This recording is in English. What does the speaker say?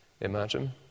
imagine